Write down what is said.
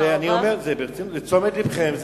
אני אומר את זה לתשומת לבכם.